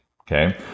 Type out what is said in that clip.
okay